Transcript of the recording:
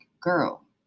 girl